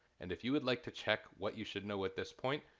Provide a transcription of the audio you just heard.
and if you would like to check what you should know at this point,